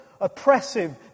oppressive